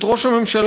את ראש הממשלה.